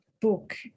book